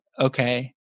Okay